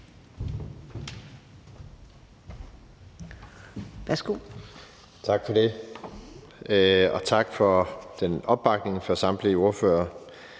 Bruus): Tak for det. Tak for opbakningen fra samtlige ordførere